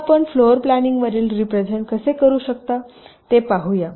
आता आपण floor planning वरील रिप्रेझेन्ट कसे करू शकता ते पाहूया